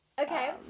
Okay